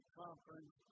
conference